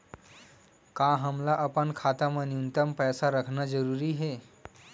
का हमला अपन खाता मा न्यूनतम पईसा रखना जरूरी हे?